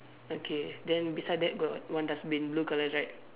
okay then beside that got one dustbin blue colour right